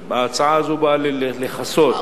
וההצעה הזאת באה לכסות,